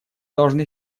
должны